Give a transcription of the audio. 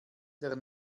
der